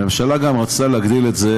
הממשלה גם רצתה להגדיל את זה,